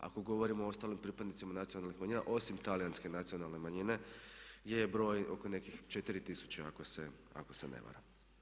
Ako govorimo o ostalim pripadnicima nacionalnih manjina osim talijanske nacionalne manjine je broj oko nekih 4000 ako se ne varam.